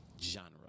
genre